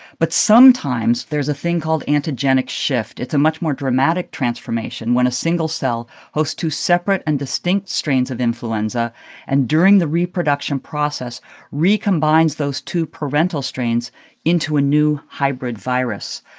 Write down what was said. but sometimes, there's a thing called antigenic shift. it's a much more dramatic transformation when a single cell hosts two separate and distinct strains of influenza and during the reproduction process recombines those two parental strains into a new hybrid virus,